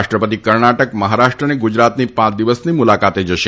રાષ્ટ્રપતિ કર્ણાટક મહારાષ્ટ્ર અને ગુજરાતની પાંચ દિવસની મુલાકાતે જશે